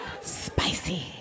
Spicy